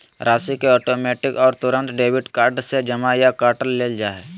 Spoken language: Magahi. राशि के ऑटोमैटिक और तुरंत डेबिट कार्ड से जमा या काट लेल जा हइ